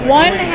one